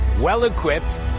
well-equipped